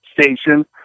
station